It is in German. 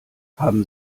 haben